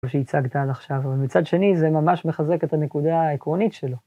כמו שהצגת עד עכשיו, אבל מצד שני זה ממש מחזק את הנקודה העקרונית שלו.